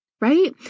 right